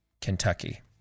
Kentucky